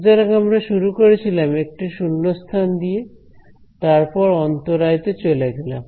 সুতরাং আমরা শুরু করেছিলাম একটি শূন্যস্থান দিয়ে তারপর অন্তরায় তে চলে গেলাম